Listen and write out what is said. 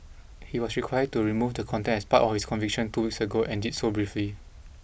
he was required to remove the content as part of his conviction two weeks ago and did so briefly